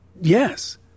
Yes